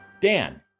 Dan